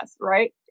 right